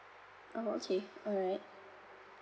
oh okay alright